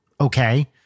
okay